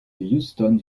houston